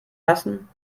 lassen